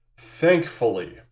thankfully